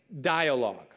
dialogue